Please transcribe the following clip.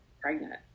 pregnant